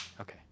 Okay